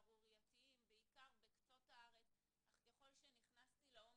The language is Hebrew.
הסעות לילדים להורים